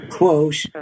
quote